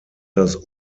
das